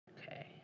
Okay